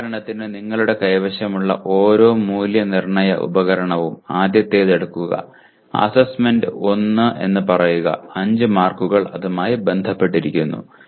ഉദാഹരണത്തിന് നിങ്ങളുടെ കൈവശമുള്ള ഓരോ മൂല്യനിർണ്ണയ ഉപകരണവും ആദ്യത്തേത് എടുക്കുക അസൈൻമെന്റ് 1 എന്ന് പറയുക 5 മാർക്കുകൾ അതുമായി ബന്ധപ്പെട്ടിരിക്കുന്നു